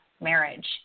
marriage